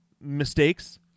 mistakes